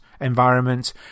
environment